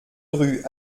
rue